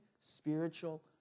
spiritual